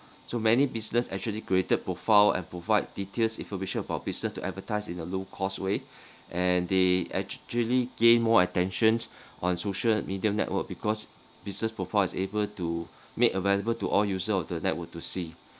so many business actually created profile and provide details information about business to advertise in the low cost way and they actually gain more attentions on social media network because business profile is able to make available to all user of the network to see